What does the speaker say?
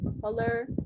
color